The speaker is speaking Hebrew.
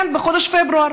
בחודש פברואר?